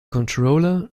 controller